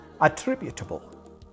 attributable